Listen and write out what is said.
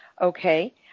Okay